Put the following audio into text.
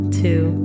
two